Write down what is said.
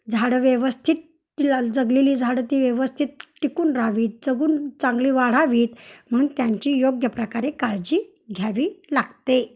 झाडं व्यवस्थित जगलेली झाडं ती व्यवस्थित टिकून राहावी जगून चांगली वाढावी म्हणून त्यांची योग्य प्रकारे काळजी घ्यावी लागते